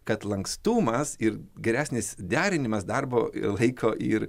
kad lankstumas ir geresnis derinimas darbo laiko ir